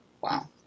Wow